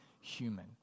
human